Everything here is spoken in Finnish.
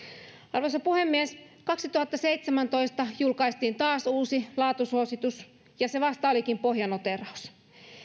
arvoisa puhemies kaksituhattaseitsemäntoista julkaistiin taas uusi laatusuositus ja se vasta olikin pohjanoteeraus